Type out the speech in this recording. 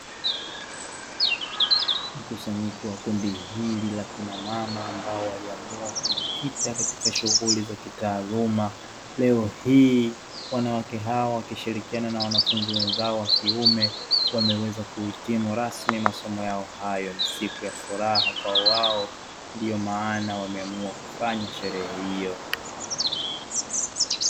Mkusanyiko wa kundi hili la kina mama ambao waliamua kujikita katika shughuli za kitaaluma leo hii wanawake hawa wakishirikiana na wanafunzi wenzao, wa kiume wameweza kuhitimu rasmi masomo yao hayo siku ya furaha kwa wao ndio maana wameamua kufanya sherehe hiyo.